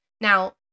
Now